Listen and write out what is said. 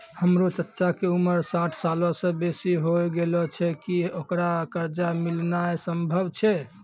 हमरो चच्चा के उमर साठ सालो से बेसी होय गेलो छै, कि ओकरा कर्जा मिलनाय सम्भव छै?